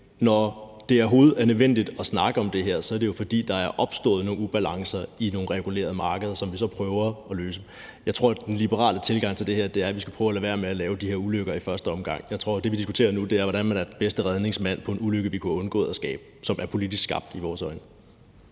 overhovedet er nødvendigt at snakke om det her, er det jo, fordi der er opstået nogle ubalancer i nogle regulerede markeder, som vi så prøver at løse. Jeg tror, at den liberale tilgang til det her er, at vi skal prøve at lade være med at lave de her ulykker i første omgang. Jeg tror, at det, vi diskuterer nu, er, hvordan man er den bedste redningsmand ved en ulykke, vi kunne have undgået at skabe, og som i vores øjne